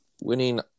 winning